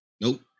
Nope